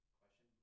question